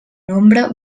nombre